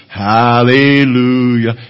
Hallelujah